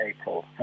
April